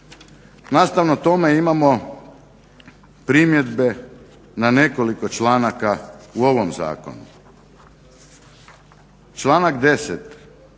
Nastavno tome imamo primjedbe na nekoliko članaka u ovom zakonu. Članak 10.